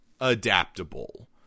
adaptable